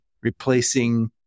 Replacing